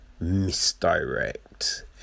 misdirect